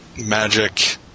magic